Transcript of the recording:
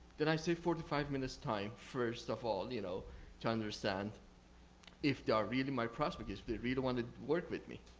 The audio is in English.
then i save forty five minutes time first of all, you know to understand if they are really my prospect, if they really want to work with me.